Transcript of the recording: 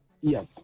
yes